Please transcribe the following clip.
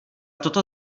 toto